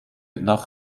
nach